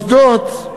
למוסדות,